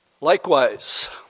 likewise